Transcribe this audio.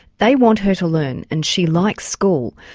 they want her to learn, and she likes school.